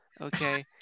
okay